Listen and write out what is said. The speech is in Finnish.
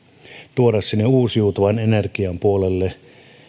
tuoda sinne uusiutuvan energian puolelle